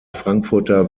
frankfurter